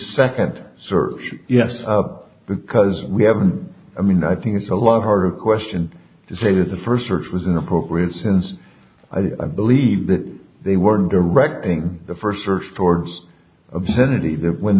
second search yes up because we haven't i mean i think it's a lot harder question to say that the first search was inappropriate since i believe that they weren't directing the first search towards obscenity